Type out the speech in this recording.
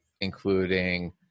including